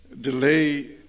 delay